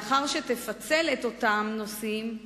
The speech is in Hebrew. לאחר שתפצל את אותם נושאים,